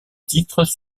titres